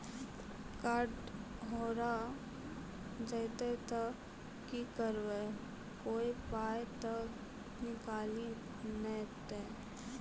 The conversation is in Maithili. कार्ड हेरा जइतै तऽ की करवै, कोय पाय तऽ निकालि नै लेतै?